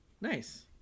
Nice